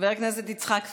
חבר הכנסת יצחק פינדרוס,